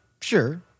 Sure